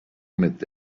midday